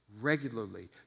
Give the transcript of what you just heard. Regularly